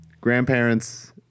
grandparents